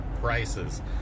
prices